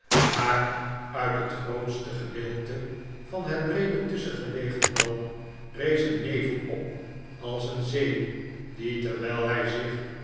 maar uit het grootste gedeelte van het breede tusschengelegen dal rees een nevel op als een zee die terwijl hij zich